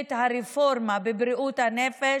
את הרפורמה בבריאות הנפש